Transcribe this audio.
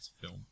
film